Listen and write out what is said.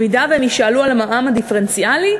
אם הם יישאלו על המע"מ הדיפרנציאלי,